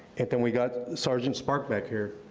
and then we got sergeant spark back here,